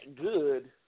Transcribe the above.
good